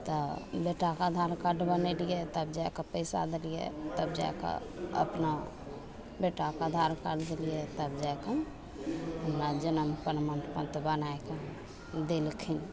तऽ बेटाके आधार कार्ड बनेलिए तब जाके पइसा देलिए तब जाके अपना बेटाके आधार कार्ड देलिए तब जाके हमरा जनम प्रमाणपत्र बनैके देलखिन